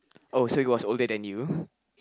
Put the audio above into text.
oh so he was older than you